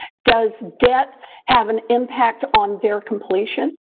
does debt have an impact on their completion?